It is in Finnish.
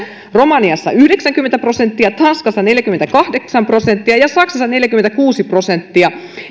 romaniassa yhdeksänkymmentä prosenttia tanskassa neljäkymmentäkahdeksan prosenttia ja saksassa neljäkymmentäkuusi prosenttia